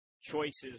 choices